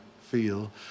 feel